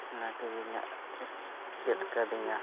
ᱠᱤᱫᱤᱧᱟᱜ ᱪᱮᱫ ᱠᱟᱫᱤᱧᱟ